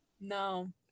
no